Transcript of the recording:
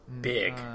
big